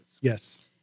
Yes